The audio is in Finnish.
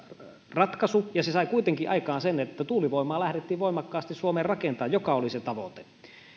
ratkaisu ja se sai kuitenkin aikaan sen että tuulivoimaa lähdettiin voimakkaasti suomeen rakentamaan joka oli se tavoite